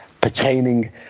pertaining